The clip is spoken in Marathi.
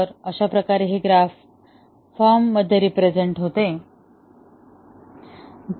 तर अशाप्रकारे हे ग्राफ फॉर्म मध्ये रिप्रेझेन्ट होते